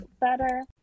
better